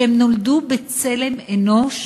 שהם נולדו בצלם אנוש